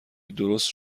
درست